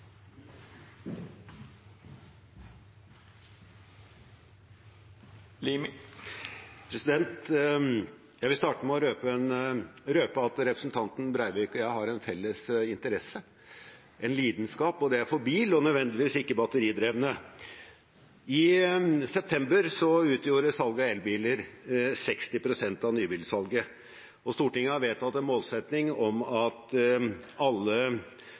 Jeg vil starte med å røpe at representanten Breivik og jeg har en felles interesse, en lidenskap, og det er for bil, og nødvendigvis ikke batteridrevne. I september utgjorde salget av elbiler 60 pst. av nybilsalget, og Stortinget har vedtatt en målsetting om at alle